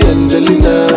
Angelina